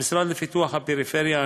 המשרד לפיתוח הפריפריה,